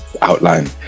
Outline